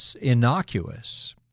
innocuous